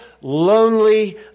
lonely